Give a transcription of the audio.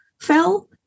fell